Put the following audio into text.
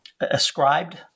ascribed